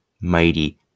mighty